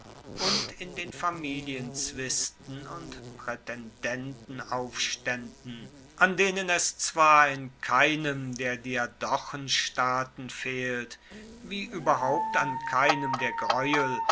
und in den familienzwisten und praetendentenaufstaenden an denen es zwar in keinem der diadochenstaaten fehlt wie ueberhaupt an keinem der greuel